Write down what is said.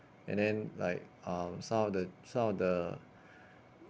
and then like um some of the some of the